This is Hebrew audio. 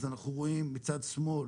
אז אנחנו רואים מצד שמאל